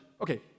okay